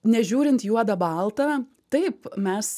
nežiūrint juoda balta taip mes